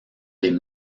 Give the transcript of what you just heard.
des